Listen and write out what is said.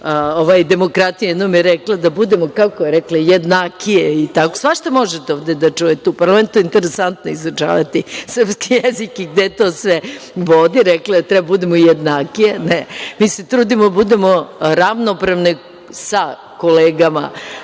ovo je demokratija, jednom je rekla da budemo, kako je rekla, jednakije. Svašta možete ovde da čujete. U parlamentu je interesantno izučavati srpski jezik i gde to sve vodi, rekla je da treba da budemo jedanikiji. Ne, mi se trudimo da budemo ravnopravne sa kolegama